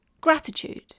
gratitude